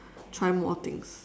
try more things